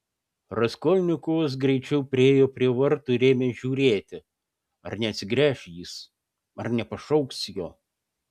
raskolnikovas greičiau priėjo prie vartų ir ėmė žiūrėti ar neatsigręš jis ar nepašauks jo